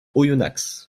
oyonnax